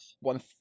One